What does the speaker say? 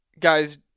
Guys